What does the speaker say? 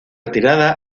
retirada